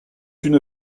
une